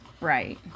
Right